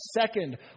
Second